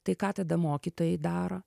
tai ką tada mokytojai daro